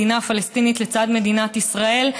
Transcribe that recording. מדינה פלסטינית לצד מדינת ישראל,